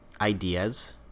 ideas